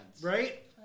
right